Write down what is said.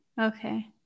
okay